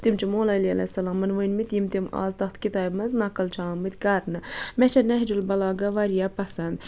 تِم چھِ مولا علی علیہ سلامَن ؤنمٕتۍ یِم تِم آز تَتھ کِتابہٕ مَنٛز نقل چھِ آمٕتۍ کِرنہٕ مےٚ چھَ نہجُ البَلاغہ واریاہ پَسَنٛد